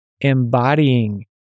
embodying